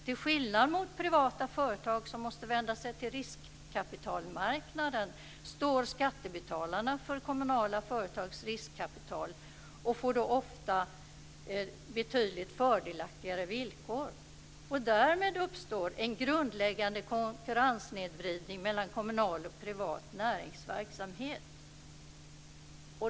Till skillnad mot när det gäller privata företag, som måste vända sig till riskkapitalmarknaden, står skattebetalarna för kommunala företags riskkapital och företagen får då ofta betydligt fördelaktigare villkor. Därmed uppstår en grundläggande konkurrenssnedvridning mellan kommunal och privat näringsverksamhet.